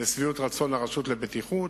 לשביעות רצון הרשות לבטיחות.